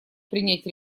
принять